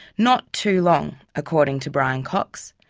not too long, according to brian cox,